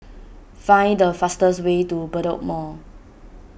find the fastest way to Bedok Mall